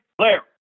Claire